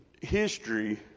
history